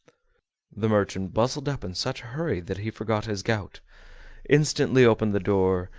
the merchant bustled up in such a hurry that he forgot his gout instantly opened the door,